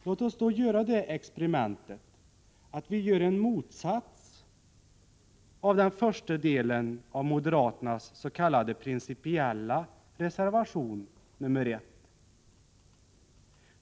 Låt oss då göra det experimentet att vi gör en motsats av den första delen av moderaternas s.k. principiella reservation, nr 1.